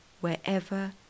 wherever